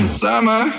summer